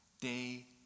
day